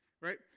right